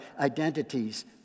identities